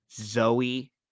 Zoe